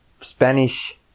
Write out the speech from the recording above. spanish